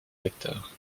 hectares